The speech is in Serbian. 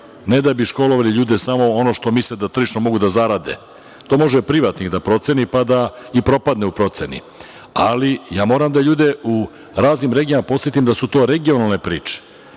ne da bismo školovali ljude samo za ono što misle da tržišno mogu da zarade. To može privatnik da proceni pa da i propadne u proceni, ali ja moram da ljude u raznim regijama podsetim da su to regionalne priče,